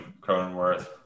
Cronenworth